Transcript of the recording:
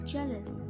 Jealous